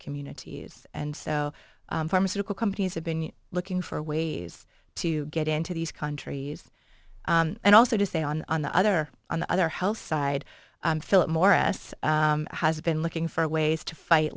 communities and so pharmaceutical companies have been looking for ways to get into these countries and also to say on on the other on the other health side philip morris has been looking for ways to fight